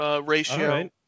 ratio